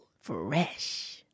Fresh